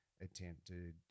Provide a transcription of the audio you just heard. attempted